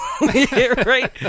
Right